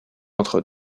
entre